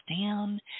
down